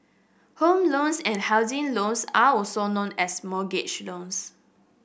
home loans and housing loans are also known as mortgage loans